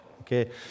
okay